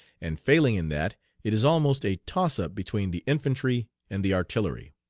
and failing in that it is almost a toss-up between the infantry and the artillery.